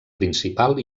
principal